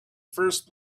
first